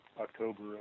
October